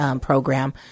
program